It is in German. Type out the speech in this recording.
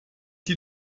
die